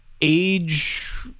age